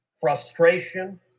frustration